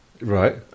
Right